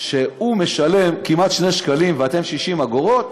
שהוא משלם כמעט 2 שקלים ואתם, 60 אגורות?